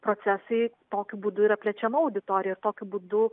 procesai tokiu būdu yra plečiama auditorija ir tokiu būdu